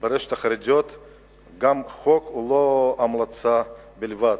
החרדית גם החוק הוא המלצה בלבד.